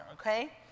okay